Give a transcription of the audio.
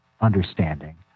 understanding